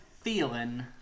feeling